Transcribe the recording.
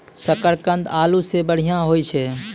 शकरकंद आलू सें बढ़िया होय छै